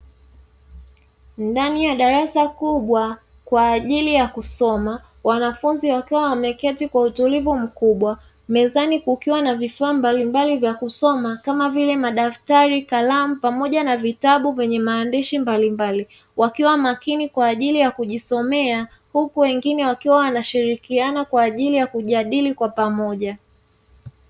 Ndani ya darasa kubwa kwa ajili ya kusoma wanafunzi wakiwa wameketi kwa utulivu mkubwa mezani kukiwa na vifaa mbalimbali vya kusoma kama vile madaftari, kalamu pamoja na vitabu vyenye maandishi mbalimbali wakiwa makini kwa ajili ya kujisomea, huku wengine wakiwa wanashirikiana kwa ajili ya kujadili kwa pamoja.